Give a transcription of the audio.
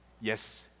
yes